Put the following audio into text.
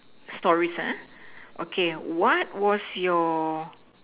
stories ah okay what was your